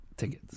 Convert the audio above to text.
Tickets